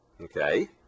okay